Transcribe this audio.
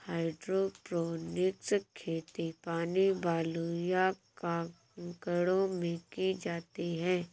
hydroponics खेती पानी, बालू, या कंकड़ों में की जाती है